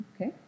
Okay